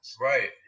Right